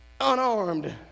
unarmed